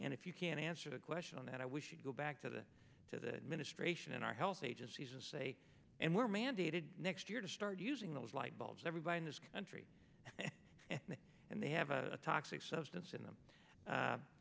and if you can answer the question on that i we should go back to the to the administration and our health agencies and say and we're mandated next year to start using those light bulbs everybody in this country and they have a toxic substance in them